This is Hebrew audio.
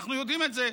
אנחנו יודעים את זה,